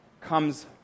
comes